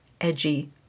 edgy